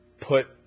put